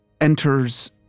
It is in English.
enters